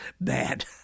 bad